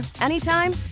anytime